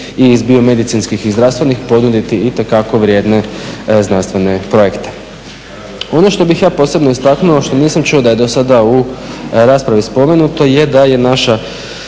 i iz biomedicinskih i zdravstvenih ponuditi itekako vrijedne znanstvene projekte. Ono što bih ja posebno istaknuo, što nisam čuo da je do sada u raspravi spomenuto je da je naša